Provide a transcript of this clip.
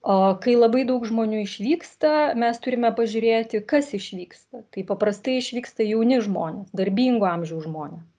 o kai labai daug žmonių išvyksta mes turime pažiūrėti kas išvyksta tai paprastai išvyksta jauni žmonės darbingo amžiaus žmonė